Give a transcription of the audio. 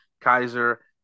Kaiser